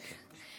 כן.